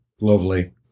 Lovely